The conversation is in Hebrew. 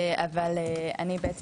אבל אני בעצם,